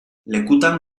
lekutan